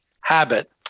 habit